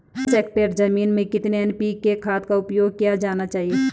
दस हेक्टेयर जमीन में कितनी एन.पी.के खाद का उपयोग किया जाना चाहिए?